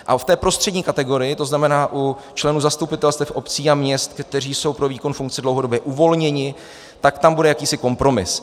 A v té prostřední kategorii, to znamená u členů zastupitelstev obcí a měst, kteří jsou pro výkon funkce dlouhodobě uvolněni, tak tam bude jakýsi kompromis.